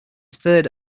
third